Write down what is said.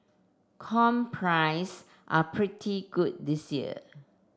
come price are pretty good this year